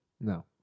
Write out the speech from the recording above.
No